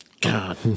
God